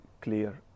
clear